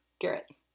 Garrett